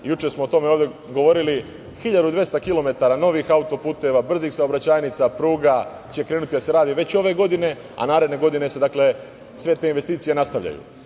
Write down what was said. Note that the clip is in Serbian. Juče smo o tome ovde govorili - 1.200 km novih auto-puteva, brzih saobraćajnica, pruga, krenuće da se radi već ove godine, a naredne godine se sve te investicije nastavljaju.